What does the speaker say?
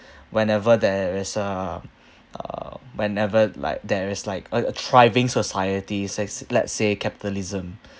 whenever there is a uh whenever like there is like a a thriving society says let's say capitalism